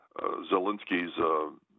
Zelensky's